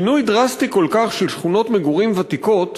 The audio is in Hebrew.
שינוי כה דרסטי של שכונות מגורים ותיקות